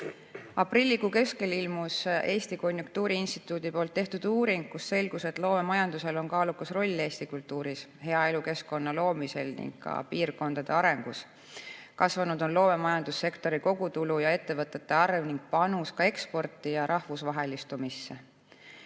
Aprillikuu keskel ilmus Eesti Konjunktuuriinstituudi tehtud uuring, millest selgus, et loomemajandusel on kaalukas roll Eesti kultuuris, hea elukeskkonna loomisel ning piirkondade arengus. Kasvanud on loomemajandussektori kogutulu ja ettevõtete arv ning panus ka eksporti ja rahvusvahelistumisse.